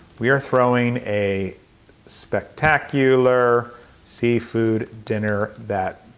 we're throwing a spectacular seafood dinner that